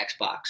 Xbox